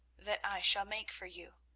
that i shall make for you,